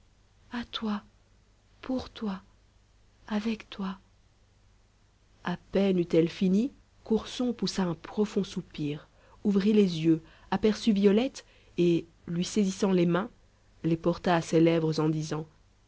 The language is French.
a toi pour toi avec toi a peine eut-elle fini qu'ourson poussa un profond soupir ouvrit les yeux aperçut violette et lui saisissant les mains les porta à ses lèvres en disant